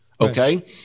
Okay